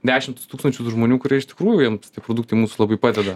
dešimtis tūkstančių tų žmonių kurie iš tikrųjų jiems tie produktai mūsų labai padeda